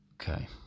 Okay